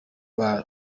naba